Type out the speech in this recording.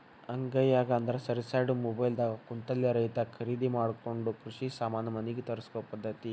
ಅಂಗೈಯಾಗ ಅಂದ್ರ ಸರಿಸ್ಯಾಡು ಮೊಬೈಲ್ ದಾಗ ಕುಂತಲೆ ರೈತಾ ಕರಿದಿ ಮಾಡಕೊಂಡ ಕೃಷಿ ಸಾಮಾನ ಮನಿಗೆ ತರ್ಸಕೊ ಪದ್ದತಿ